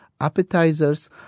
appetizers